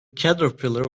caterpillar